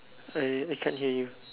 I I can't hear you